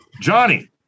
Johnny